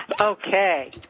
okay